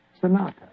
sonata